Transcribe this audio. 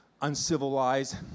uncivilized